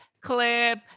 clip